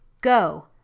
go